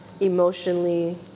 emotionally